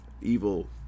evil